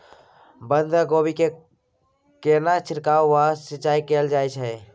बंधागोभी कोबी मे केना छिरकाव व सिंचाई कैल जाय छै?